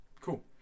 Cool